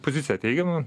pozicija teigima